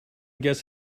guess